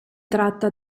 tratta